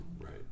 right